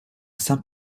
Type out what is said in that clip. saint